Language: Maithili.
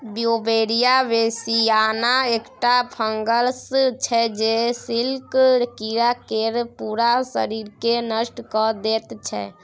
बीउबेरिया बेसियाना एकटा फंगस छै जे सिल्क कीरा केर पुरा शरीरकेँ नष्ट कए दैत छै